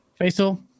Faisal